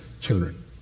children